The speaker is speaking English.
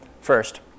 first